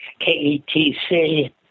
KETC